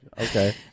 Okay